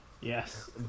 Yes